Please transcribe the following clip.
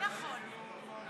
לא נכון, לא נכון.